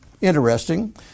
interesting